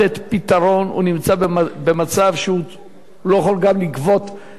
הוא נמצא במצב שהוא גם לא יכול לגבות את החובות.